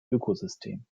ökosystem